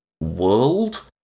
world